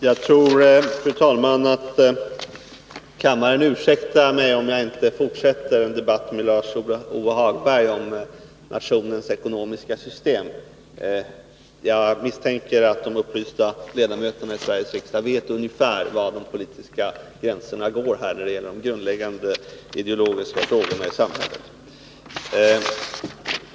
Fru talman! Jag tror att kammaren ursäktar mig, om jag inte fortsätter en debatt med Lars-Ove Hagberg om nationens ekonomiska system. Jag misstänker att de upplysta ledamöterna av Sveriges riksdag vet ungefär var de politiska gränserna går när det gäller de grundläggande ideologiska frågorna i samhället.